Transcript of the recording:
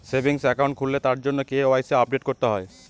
savings account খুললে তার জন্য কে.ওয়াই.সি আপডেট করতে হয়